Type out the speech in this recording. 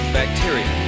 bacteria